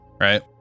right